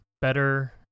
better